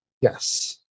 Yes